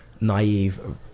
Naive